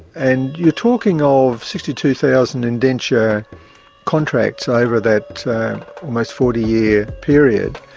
and you're talking of sixty two thousand indenture contracts over that almost forty year period,